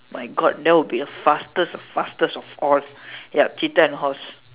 my God that would be the fastest the fastest of all yup cheetah and horse